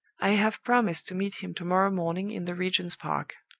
i have promised to meet him to-morrow morning in the regent's park.